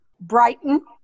Brighton